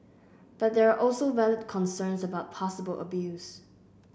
but there are also valid concerns about possible abuse